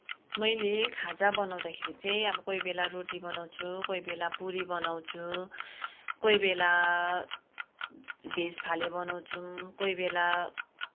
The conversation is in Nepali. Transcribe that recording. मैले खाजा बनाउँदाखेरि चाहिँ अब कोही बेला रोटी बनाउँछु कोही बेला पुरी बनाउँछु कोही बेला भेज फाले बनाउँछु कोही बेला